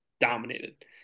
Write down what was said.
dominated